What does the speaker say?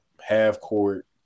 half-court